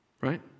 Right